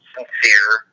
Sincere